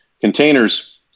Containers